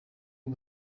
ubu